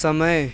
समय